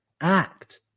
act